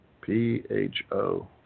P-H-O